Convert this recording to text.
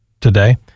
today